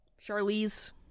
Charlize